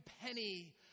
penny